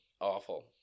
awful